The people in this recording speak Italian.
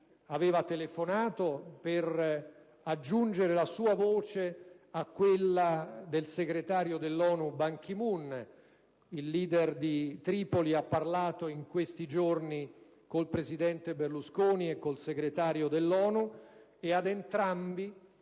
aveva telefonato per aggiungere la sua voce a quella del segretario generale dell'ONU Ban Ki-moon. Il leader di Tripoli ha parlato in questi giorni con il presidente Berlusconi e con il Segretario generale dell'ONU, e ad entrambi,